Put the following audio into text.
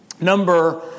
Number